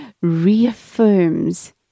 reaffirms